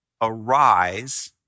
arise